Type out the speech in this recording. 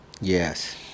yes